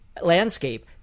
landscape